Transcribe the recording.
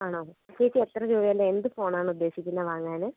ആണോ ചേച്ചി എത്ര രൂപേൻ്റെ എന്ത് ഫോണാണ് ഉദ്ദേശിക്കുന്നത് വാങ്ങാന്